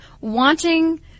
wanting